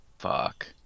fuck